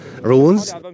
ruins